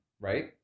Right